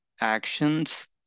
actions